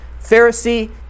Pharisee